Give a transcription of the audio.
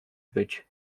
być